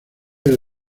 del